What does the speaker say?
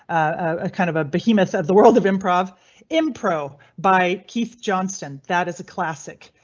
a kind of a behemoth of the world of improv impro by keith johnston that is a classic.